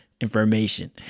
information